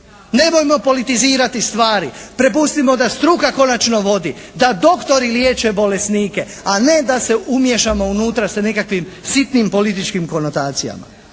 Nemojmo politizirati stvari. Prepustimo da struka konačno vodi. Da doktori liječe bolesnike, a ne da se umiješamo unutra sa nekakvim sitnim političkim konotacijama.